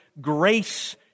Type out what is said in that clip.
grace